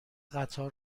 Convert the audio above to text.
قطار